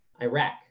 iraq